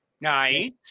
Nice